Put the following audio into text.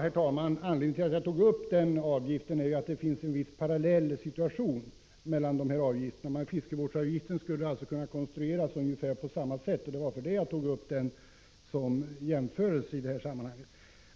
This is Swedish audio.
Herr talman! Anledningen till att jag tog upp jaktvårdsavgiften är ju att det föreligger en parallell situation. Fiskevårdsavgiften skulle alltså kunna konstrueras ungefär på samma sätt som jaktvårdsavgiften, och det var därför jag tog upp den som en jämförelse i sammanhanget.